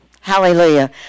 Hallelujah